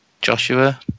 Joshua